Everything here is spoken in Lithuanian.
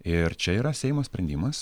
ir čia yra seimo sprendimas